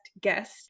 guest